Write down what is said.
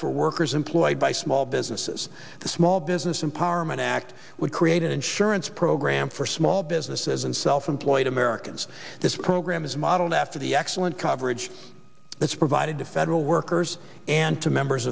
for workers employed by small businesses the small business empowerment act would create an insurance program for small businesses and self employed americans this program is modeled after the excellent coverage that's provided to federal workers and to members